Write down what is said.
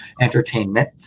entertainment